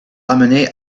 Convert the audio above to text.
ramené